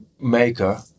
maker